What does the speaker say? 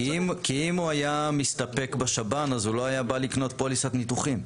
כי אם הוא היה מסתפק בשב"ן אז הוא לא היה בא לקנות פוליסת ניתוחים.